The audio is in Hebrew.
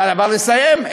לסיים?